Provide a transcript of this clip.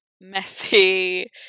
messy